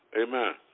Amen